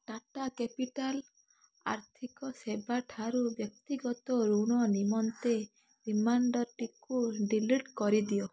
Tata capital ଆର୍ଥିକ ସେବା ଠାରୁ ବ୍ୟକ୍ତିଗତ ଋଣ ନିମନ୍ତେ ରିମାଇଣ୍ଡର୍ଟିକୁ ଡ଼ିଲିଟ୍ କରିଦିଅ